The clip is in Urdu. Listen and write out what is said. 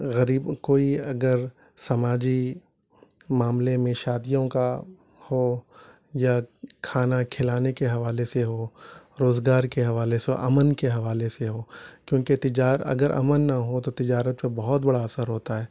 اور غریب کوئی اگر سماجی معاملے میں شادیوں کا ہو یا کھانا کھلانے کے حوالے سے ہو روزگار کے حوالے سے ہو امن کے حوالے سے ہو کیونکہ تجار اگر امن نہ ہو تو تجارت پہ بہت بڑا اثر ہوتا ہے